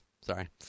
Sorry